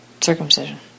circumcision